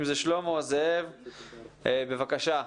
בבקשה,